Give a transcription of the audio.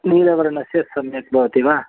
नीलवर्णस्य सम्यक् भवति वा